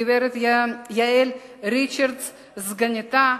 לגברת יעל ריצ'ארדס סגניתה,